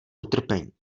utrpení